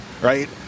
right